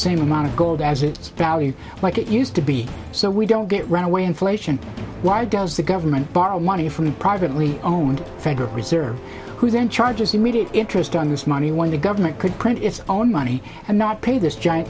same amount of gold as its value like it used to be so we don't get runaway inflation why does the government borrow money from the privately owned federal reserve who then charges immediate interest on this money when the government could print its own money and not pay this giant